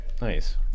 nice